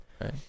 right